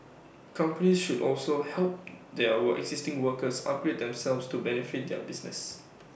companies should also help their existing workers upgrade themselves to benefit their business